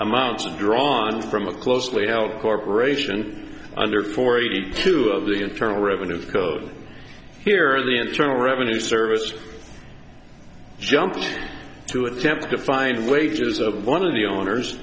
amounts drawn from a closely held corporation under forty two of the internal revenue code here the internal revenue service jumping to attempt to find the wages of one of the owners